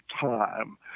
time